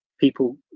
People